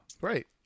Right